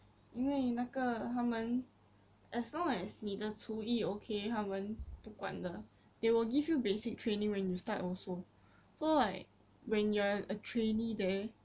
因为那个他们 as long as 你的厨艺 okay 他们不管的 they will give you basic training when you start also so like when you're a trainee there